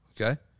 Okay